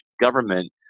government